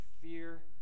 fear